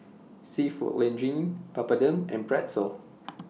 Seafood Linguine Papadum and Pretzel